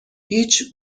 هیچ